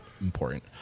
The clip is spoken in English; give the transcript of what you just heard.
important